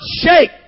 shake